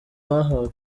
bahawe